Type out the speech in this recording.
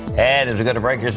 and as we go to break,